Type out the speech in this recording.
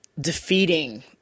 defeating